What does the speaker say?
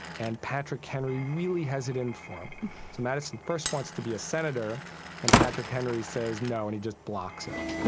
and patrick henry really has it in for him. so madison first wants to be a senator and patrick henry says no, and he just blocks it.